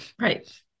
right